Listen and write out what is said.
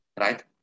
right